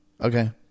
Okay